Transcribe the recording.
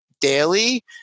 daily